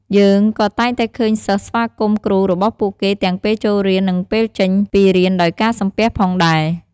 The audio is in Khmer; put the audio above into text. យើងក៏តែងតែឃើញសិស្សស្វាគមន៍គ្រូរបស់ពួកគេទាំងពេលចូលរៀន និងពេលចេញពីរៀនដោយការសំពះផងដែរ។